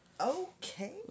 Okay